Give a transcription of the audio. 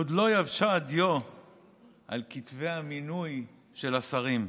עוד לא יבשה הדיו על כתבי המינוי של השרים,